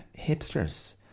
hipsters